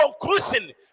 conclusion